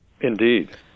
Indeed